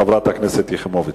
חברת הכנסת יחימוביץ,